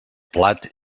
plat